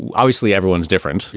obviously everyone's different.